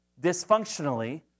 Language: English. dysfunctionally